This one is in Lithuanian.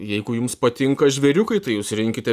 jeigu jums patinka žvėriukai tai jūs rinkite